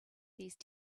these